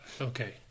Okay